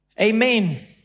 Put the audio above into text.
Amen